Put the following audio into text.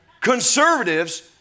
Conservatives